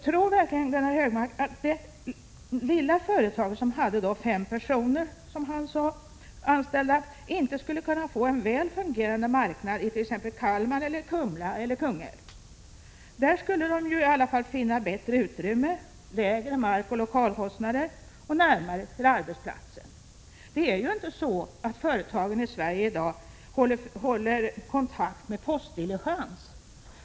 Tror verkligen Gunnar Hökmark att det lilla företaget, som hade fem personer anställda — som han sade — inte skulle kunna få en väl fungerande marknad i Kalmar, Kumla eller Kungälv? Där skulle förslaget i alla fall finna bättre utrymme, lägre markoch lokalkostnader och mindre till arbetsplatsen för de anställda. Det är inte på det sättet att företagen i Sverige i dag håller kontakt per postdiligens.